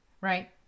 right